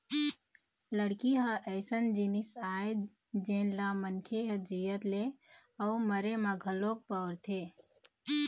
लकड़ी ह अइसन जिनिस आय जेन ल मनखे ह जियत ले अउ मरे म घलोक बउरथे